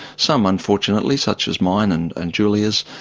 some unfortunately, such as mine and and julia's,